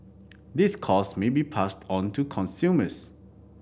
these cost may be passed on to consumers